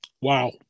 Wow